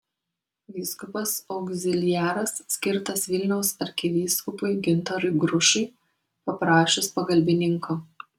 vyskupas augziliaras skirtas vilniaus arkivyskupui gintarui grušui paprašius pagalbininko